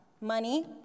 Money